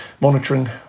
monitoring